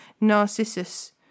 Narcissus